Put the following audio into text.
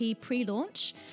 pre-launch